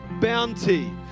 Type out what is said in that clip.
bounty